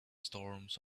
storms